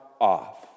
off